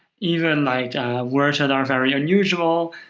even like words that are very unusual,